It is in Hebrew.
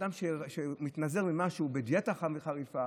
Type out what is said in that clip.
אדם שמתנזר ממשהו בדיאטה חריפה,